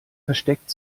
versteckt